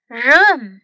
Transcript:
room